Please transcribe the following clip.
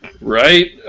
right